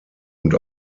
und